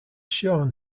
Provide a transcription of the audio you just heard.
sean